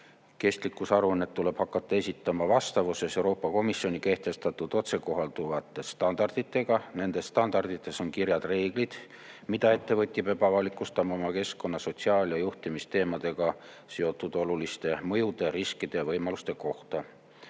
Kestlikkusaruannet tuleb hakata esitama vastavuses Euroopa Komisjoni kehtestatud otsekohalduvate standarditega. Nendes standardites on kirjas reeglid, mida ettevõtja peab avalikustama oma keskkonna-, sotsiaal- ja juhtimisteemadega seotud oluliste mõjude, riskide ja võimaluste kohta.